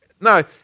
No